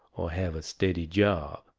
or have a steady job?